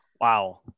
Wow